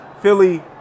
Philly